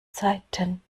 zeiten